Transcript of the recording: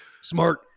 Smart